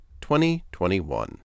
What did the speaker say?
2021